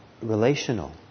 relational